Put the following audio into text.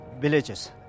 villages